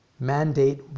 mandate